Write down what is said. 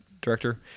director